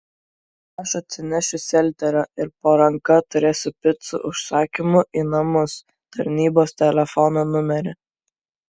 aš atsinešiu selterio ir po ranka turėsiu picų užsakymų į namus tarnybos telefono numerį